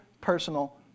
personal